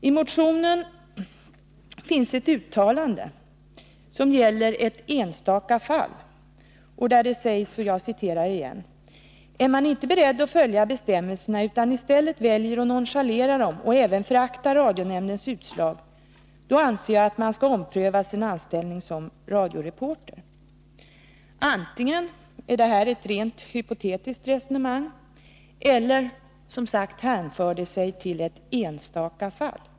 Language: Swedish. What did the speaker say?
I motionen tar man upp ett enstaka fall, nämligen ett uttalande av programdirektören vid Sveriges Radio: ”Är man inte beredd att följa bestämmelserna utan i stället väljer att nonchalera dem och även föraktar radionämndens utslag anser jag att man skall ompröva sin anställning som radioreporter.” Antingen är detta ett rent hypotetiskt resonemang eller också hänför det sig, som sagt, till ett enstaka fall.